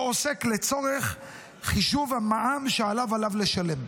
עוסק לצורך חישוב המע"מ שעליו לשלם.